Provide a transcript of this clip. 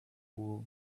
wall